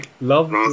love